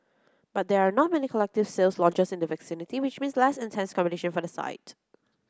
but there are not many collective sale launches in the vicinity which means less intense competition for the site